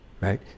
right